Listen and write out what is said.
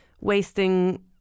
wasting